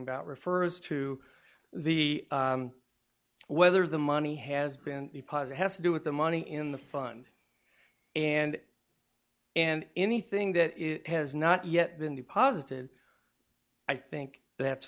about refers to the whether the money has been deposit has to do with the money in the fun and and anything that is has not yet been deposited i think that's